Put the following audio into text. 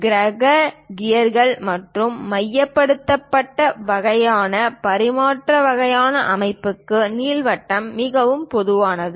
கிரக கியர்கள் மற்றும் மையப்படுத்தப்பட்ட வகையான பரிமாற்ற வகையான அமைப்புகளுக்கு நீள்வட்டம் மிகவும் பொதுவானது